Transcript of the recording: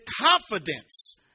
confidence